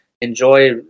enjoy